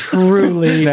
Truly